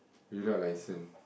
without a license